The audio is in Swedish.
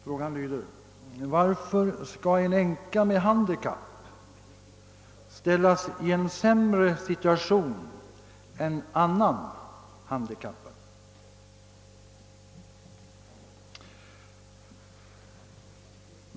Frågan lyder: Varför skall en änka med handikapp ställas i en sämre situation än annan handikappad?